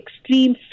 extreme